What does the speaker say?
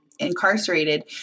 incarcerated